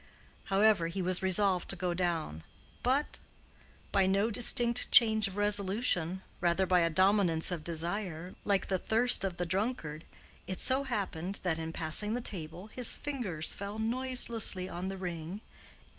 however he was resolved to go down but by no distinct change of resolution, rather by a dominance of desire, like the thirst of the drunkard it so happened that in passing the table his fingers fell noiselessly on the ring,